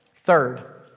Third